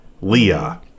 Leah